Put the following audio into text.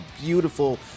beautiful